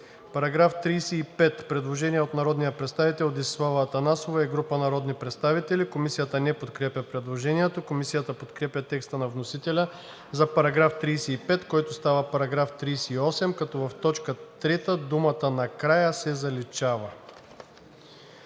По § 35 има предложение от народния представител Десислава Атанасова и група народни представители. Комисията не подкрепя предложението. Комисията подкрепя текста на вносителя за § 35, който става § 38, като в т. 3 думата „накрая“ се заличава.